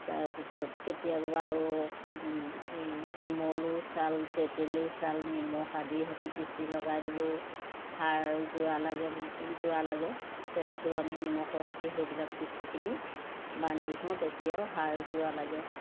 তাৰ পিছত কেতিয়াবা আৰু ঔষধ এই শিমলুৰ চাল তেতেলিৰ চাল নিমখ আদি সৈতে পিছি লগাই দিলেও হাড় যোৰা লাগে বুলি যোৰা লাগে তেনেকৈও আমি নিমখৰ সৈতে সেইবিলাক পিছি পিনি বান্ধি থওঁ তেতিয়াও হাড় যোৰা লাগে